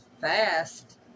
fast